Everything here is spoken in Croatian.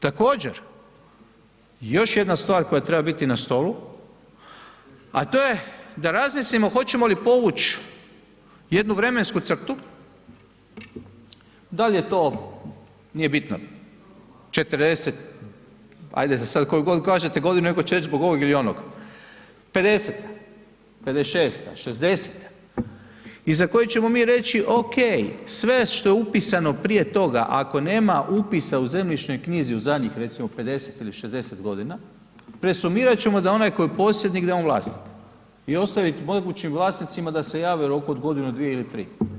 Također, još jedna stvar koja treba biti na stolu a to je da razmislimo hoćemo li povuć jednu vremensku crtu, dal' je to nije bitno, 40 ajde za sad, koju god da kažete godinu, neko će reć zbog ovog ili onog, '50., '56., '60. i za koju ćemo mi reći ok, sve što je upisano prije toga, ako nema upisa u zemljišnoj knjizi u zadnjih recimo 50 ili 60 g, presumirat ćemo da onaj koji je posjednik da je on vlasnik i ostavit mogućim vlasnicima da se jave u roku od godinu, dvije ili tri.